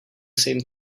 same